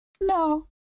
no